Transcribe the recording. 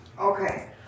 Okay